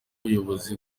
ubuyobozi